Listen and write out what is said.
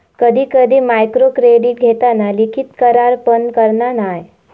कधी कधी मायक्रोक्रेडीट घेताना लिखित करार पण करना नाय